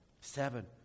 Seven